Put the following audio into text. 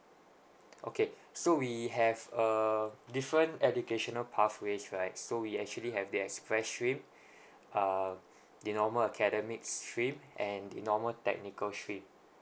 okay so we have err different educational pathways right so we actually have the express stream uh the normal academic stream and the normal technical stream